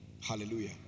Hallelujah